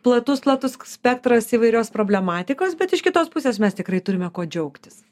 platus platus spektras įvairios problematikos bet iš kitos pusės mes tikrai turime kuo džiaugtis